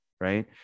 right